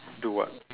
do what